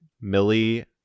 Millie